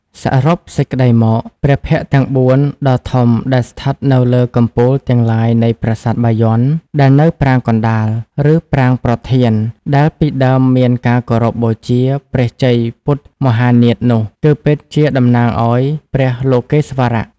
សរុបសេចក្តីមក ព្រះភ័ក្ត្រទាំង៤ ដ៏ធំដែលស្ថិតនៅលើកំពូលទាំងឡាយនៃប្រាសាទបាយ័ន ដែលនៅប្រាង្គកណ្តាល ឬប្រាង្គប្រធានដែលពីដើមមានការគោរពបូជាព្រះជ័យពុទ្ធមហានាថនោះ គឺពិតជាតំណាងឱ្យព្រះលោកេស្វរៈ។